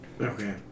Okay